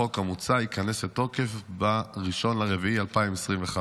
החוק המוצע ייכנס לתוקף ב-1 באפריל 2025,